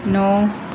ਨੌਂ